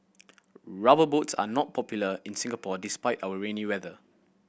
Rubber Boots are not popular in Singapore despite our rainy weather